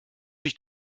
sich